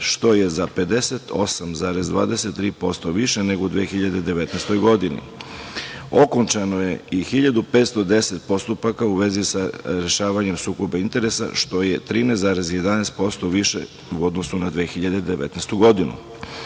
što je za 58,23% više nego u 2019. godini. Okončano je i 1.510 postupaka u vezi sa rešavanjem sukoba interesa, što je 13,11% više u odnosu na 2019. godinu.U